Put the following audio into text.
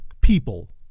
people